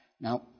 Now